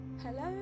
Hello